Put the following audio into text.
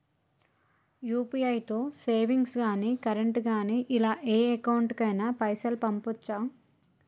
UPI తో savings గాని current గాని ఇలా ఏ అకౌంట్ కైనా పైసల్ పంపొచ్చా?